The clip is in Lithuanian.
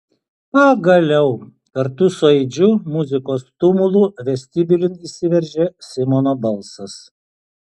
pagaliau kartu su aidžiu muzikos tumulu vestibiulin įsiveržė simono balsas